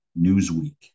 Newsweek